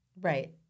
right